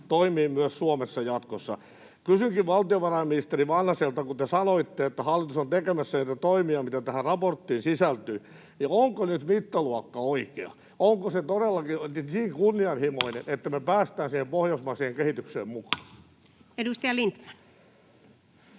toimii myös Suomessa jatkossa. Kysynkin valtiovarainministeri Vanhaselta, kun te sanoitte, että hallitus on tekemässä niitä toimia, mitä tähän raporttiin sisältyy: onko nyt mittaluokka oikea, onko se todellakin niin kunnianhimoinen, että me päästään siihen pohjoismaiseen kehitykseen mukaan? [Speech 104]